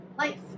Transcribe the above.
life